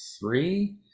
three